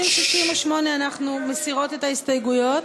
268, אנחנו מסירות את ההסתייגויות.